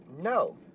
No